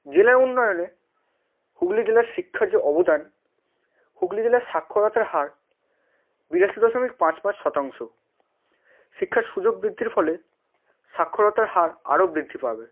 জেলার উন্নয়নে হুগলি জেলার শিক্ষার যে অবদান হুগলি জেলার সাক্ষরতার হার বিরাশি দশমিক পাঁচ পাঁচ শতাংশ শিক্ষার সুযোগ বৃদ্ধির ফলে সাক্ষরতার হার আরও বৃদ্ধি পাবে